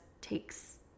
takes